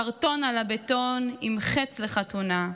/ קרטון על הבטון עם חץ 'לחתונה'.